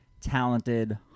talented